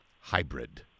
hybrid